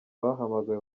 bahamagawe